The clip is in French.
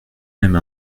même